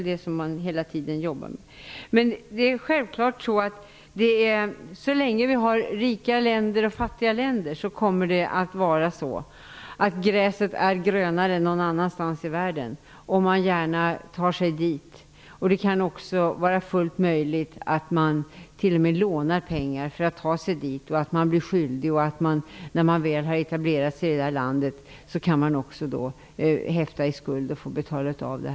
Detta jobbar man med hela tiden. Så länge det finns rika och fattiga länder kommer gräset självfallet alltid att vara grönare på andra platser i världen, och till de platserna vill man gärna ta sig. Det kan också vara fullt möjligt att t.o.m. låna pengar för att ta sig dit. Man blir skyldig, och när man väl har etablerat sig i landet kan man också häfta i skuld och få betala av den.